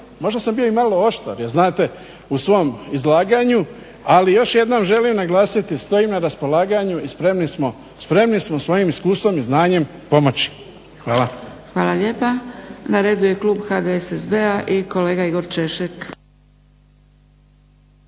možda sam bio i malo oštar, znate, u svom izlaganju, ali još jednom želim naglasiti. Stojim na raspolaganju, spremni smo svojim iskustvom i svojim znanjem pomoći. Hvala. **Zgrebec, Dragica (SDP)** Hvala lijepa. Na redu je klub HDSSB-a i kolega Igor Češek.